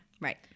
Right